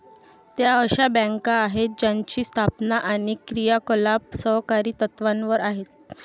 त्या अशा बँका आहेत ज्यांची स्थापना आणि क्रियाकलाप सहकारी तत्त्वावर आहेत